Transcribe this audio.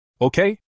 Okay